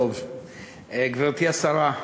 אם זה עדיין אקטואלי.